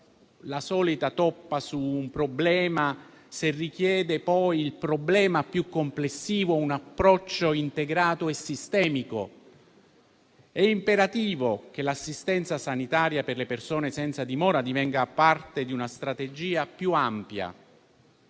la solita toppa su un problema se poi il problema più complessivo richiede un approccio integrato e sistemico. È imperativo che l'assistenza sanitaria per le persone senza fissa dimora divenga parte di una strategia più ampia